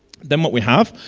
then what we have,